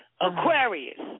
Aquarius